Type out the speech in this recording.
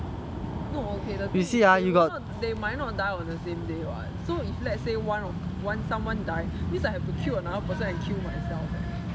no okay the thing is they will not they might not die on the same day [what] so if let's say one on one someone die means I have to kill another person and kill myself